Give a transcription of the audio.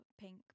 pink